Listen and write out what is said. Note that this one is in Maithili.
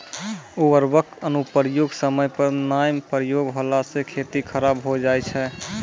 उर्वरक अनुप्रयोग समय पर नाय प्रयोग होला से खेती खराब हो जाय छै